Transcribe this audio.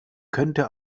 könnte